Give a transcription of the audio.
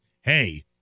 hey